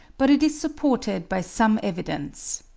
but it is supported by some evidence.